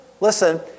listen